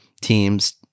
teams